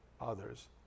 others